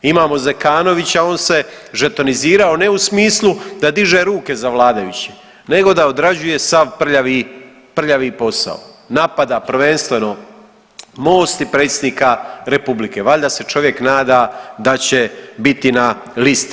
Imamo Zekanovića on se žetonizirao ne u smislu da diže ruke za vladajuće nego da odrađuje sav prljavi, prljavi posao, napada prvenstveno Most i predsjednika republike, valjda se čovjek nada da će biti na listi.